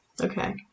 Okay